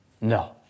No